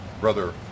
brother